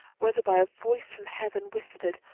whether by a voice from heaven whispered,